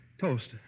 Toast